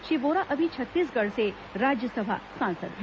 श्री वोरा अभी छत्तीसगढ़ से राज्यसभा सांसद हैं